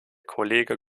kollege